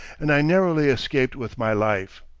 and i narrowly escaped with my life.